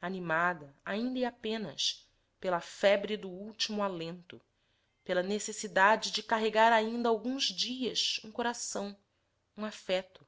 animada ainda e apenas pela febre do último alento pela necessidade de carregar ainda alguns dias um coração um afeto